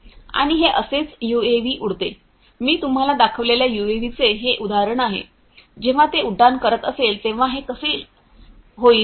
आणि हे असेच यूएव्ही उडते मी तुम्हाला दाखविलेल्या यूएव्हीचे हे उदाहरण आहे जेव्हा ते उड्डाण करत असेल तेव्हा हे कसे होईल